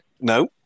No